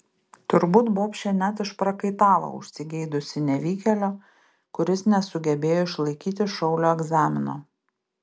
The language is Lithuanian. turbūt bobšė net išprakaitavo užsigeidusi nevykėlio kuris nesugebėjo išlaikyti šaulio egzamino